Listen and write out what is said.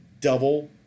double